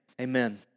amen